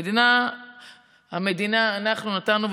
המדינה ואנחנו נתנו,